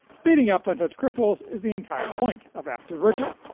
beating up on such cripples is the entire point of after virtue.